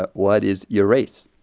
but what is your race?